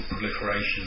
proliferation